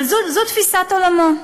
אבל זו תפיסת עולמו.